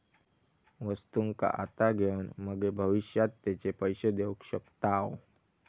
वस्तुंका आता घेऊन मगे भविष्यात तेचे पैशे देऊ शकताव